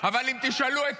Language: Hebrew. אבל יש לי אחריות על